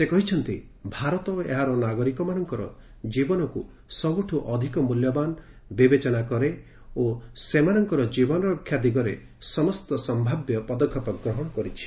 ସେ କହିଛନ୍ତି ଭାରତ ଏହାର ନାଗରିକମାନଙ୍କର ଜୀବନକୁ ସବୁଠୁ ଅଧିକ ମିଲ୍ୟବାନ ବିବେଚନା କରେ ଓ ସେମାନଙ୍କର ଜୀବନରକ୍ଷା ଦିଗରେ ସମସ୍ତ ସ୍ୟାବ୍ୟ ପଦକ୍ଷେପ ଗ୍ରହଶ କରିଛି